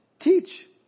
Teach